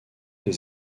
les